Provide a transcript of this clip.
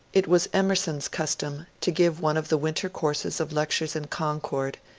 it was emerson's custom to give one of the winter courses of lectures in concord,